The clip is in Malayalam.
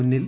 മുന്നിൽ